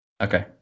Okay